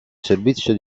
servizio